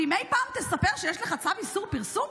אם אי פעם תספר שיש לך צו איסור פרסום,